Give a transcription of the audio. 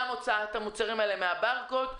גם הוצאת המוצרים האלה מהברקוד.